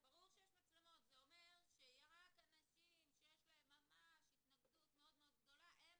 זה אומר שרק אנשים שיש להם ממש התנגדות מאוד מאוד גדולה הם